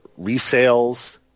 resales